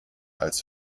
als